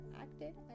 acted